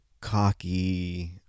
cocky